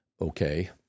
okay